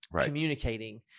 communicating